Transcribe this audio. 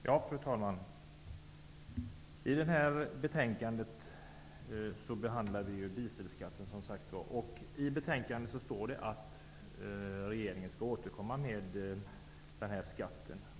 Fru talman! I detta betänkande behandlas dieselskatten. I betänkandet står att regeringen skall återkomma med skatten.